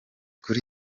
kuri